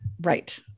Right